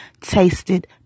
tasted